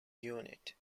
unit